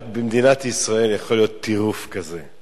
רק במדינת ישראל יכול להיות טירוף כזה,